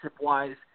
wise